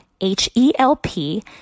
H-E-L-P